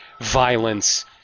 violence